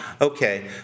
Okay